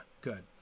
good